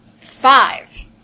Five